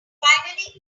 finally